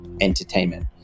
entertainment